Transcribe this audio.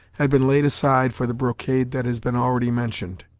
had been laid aside for the brocade that has been already mentioned,